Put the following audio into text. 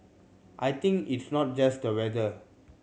I think it's not just the weather